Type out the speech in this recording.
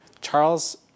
Charles